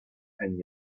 and